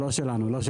לא, לא שלנו.